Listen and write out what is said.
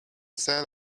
sell